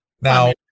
Now